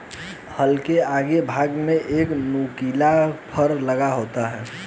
हल के अगले भाग में एक नुकीला फर लगा होता है